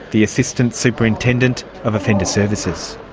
the assistant superintendent of offender services.